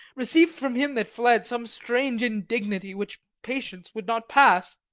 receiv'd from him that fled some strange indignity, which patience could not pass.